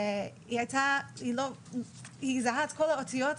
היא זיהתה את כל האותיות,